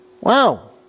wow